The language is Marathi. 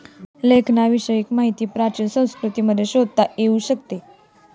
लेखांकनाविषयी माहिती प्राचीन संस्कृतींमध्ये शोधता येऊ शकते